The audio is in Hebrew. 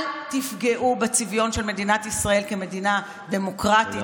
אל תפגעו בצביון של מדינת ישראל כמדינה דמוקרטית.